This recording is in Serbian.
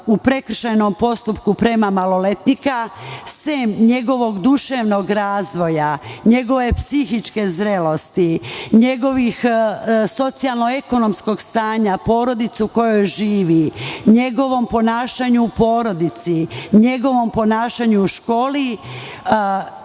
u prekršajnom postupku prema maloletniku, sem njegovog duševnog razvoja, njegove psihičke zrelosti, njegovog socijalno-ekonomskog stanja porodice u kojoj živi, njegovom ponašanju u porodici, njegovom ponašanju u školi,